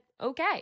okay